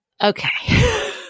Okay